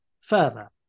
further